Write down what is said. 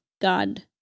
God